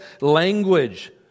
language